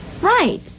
Right